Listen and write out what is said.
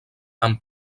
amb